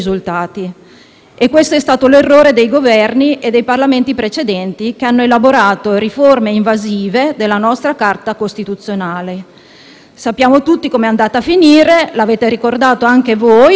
Presidente, nel territorio del Comune di Nave, in provincia di Brescia, è insediato il complesso produttivo della ditta Duferco Sviluppo SpA del gruppo Duferco, *holding* internazionale